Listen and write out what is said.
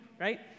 right